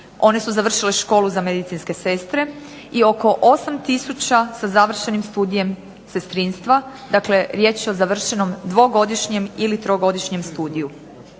one su završile školu za medicinske sestre, i oko 8 tisuća sa završenim studijem sestrinstva, dakle riječ je o završenom dvogodišnjem ili trogodišnjem studiju.